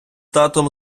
татом